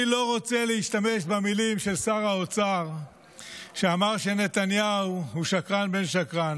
אני לא רוצה להשתמש במילים של שר האוצר כשאמר שנתניהו הוא שקרן בן שקרן.